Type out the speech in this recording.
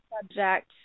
subject